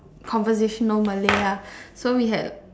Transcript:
conversational malay ah so we had